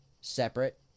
separate